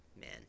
Man